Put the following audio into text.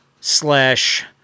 slash